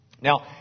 Now